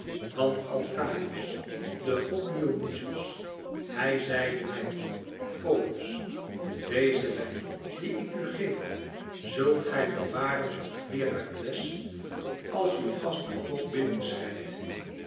want alkaïos de god dionyzos hij zeide mij folos dezen wijn dien ik u geef zult gij bewaren tot herakles als uw gast